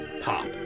pop